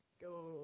go